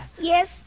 Yes